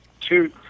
two